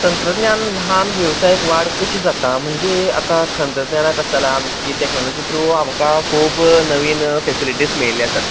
तंत्रगिन्यानान ल्हान वेवसायांक वाड कशी जाता म्हणजे आतां तंत्रज्ञाना कश जालां की टेक्नॉलॉजी थ्रू आमकां खूब नवीन फॅसिलिटीज मेळिल्ल्यो आसात